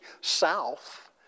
south